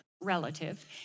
relative